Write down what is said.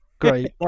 great